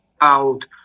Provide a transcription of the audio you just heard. out